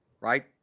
Right